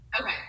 Okay